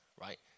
right